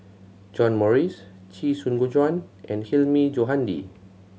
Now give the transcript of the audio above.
John Morrice Chee Soon Juan and Hilmi Johandi